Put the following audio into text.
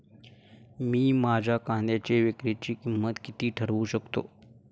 मी माझ्या कांद्यांच्या विक्रीची किंमत किती ठरवू शकतो?